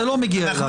זה לא מגיע אלי.